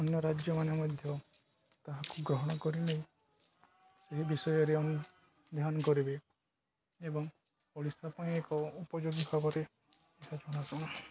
ଅନ୍ୟ ରାଜ୍ୟମାନେ ମଧ୍ୟ ତାହାକୁ ଗ୍ରହଣ କରିଲେ ସେହି ବିଷୟରେ ଆମେ ଧ୍ୟାନ କରିବେ ଏବଂ ଓଡ଼ିଶା ପାଇଁ ଏକ ଉପଯୋଗୀ ଭାବରେ ଜଣାଶୁଣା